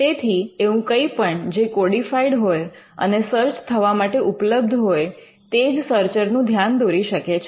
તેથી એવું કંઈ પણ જે કોડિફાઇડ્ હોય અને સર્ચ થવા માટે ઉપલબ્ધ હોય તે જ સર્ચર નું ધ્યાન દોરી શકે છે